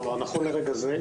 כלומר נכון לרגע זה,